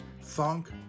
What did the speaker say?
funk